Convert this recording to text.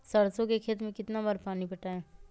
सरसों के खेत मे कितना बार पानी पटाये?